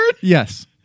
Yes